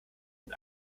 nun